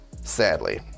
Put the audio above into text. Sadly